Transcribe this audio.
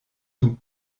tout